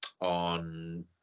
on